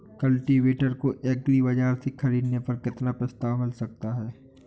Cultivator को agri बाजार से ख़रीदने पर कितना प्रस्ताव मिल सकता है?